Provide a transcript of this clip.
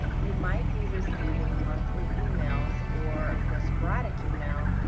you might be receiving monthly emails, or the sporadic email,